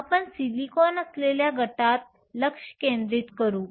आपण सिलिकॉन असलेल्या गटात लक्ष केंद्रित करू